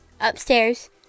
upstairs